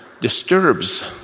disturbs